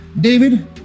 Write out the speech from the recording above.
David